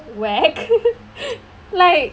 wack like